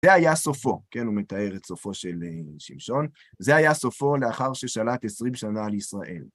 זה היה סופו, כן, הוא מתאר את סופו של שמשון, זה היה סופו לאחר ששלט עשרים שנה על ישראל.